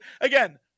again